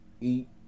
eat